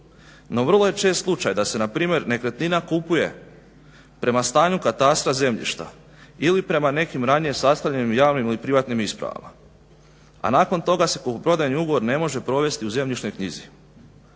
No, vrlo je čest slučaj da se npr. nekretnina kupuje prema stanju katastra zemljišta ili prema nekim ranije sastavljenim javnim ili privatnim ispravama, a nakon toga se kupoprodajni ugovor ne može provesti u zemljišnoj knjizi.